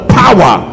power